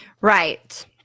Right